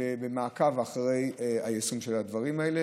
ובמעקב אחרי היישום של הדברים האלה,